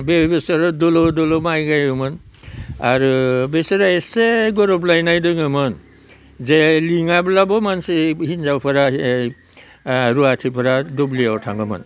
बे बोसोरो दल' दल' माइ गायोमोन आरो बेसोरो एसे गोरोबलायनाय दोङोमोन जे लिङाब्लाबो मानसि हिनजावफोरा ओइ रुवाथिफोरा दुब्लियाव थाङोमोन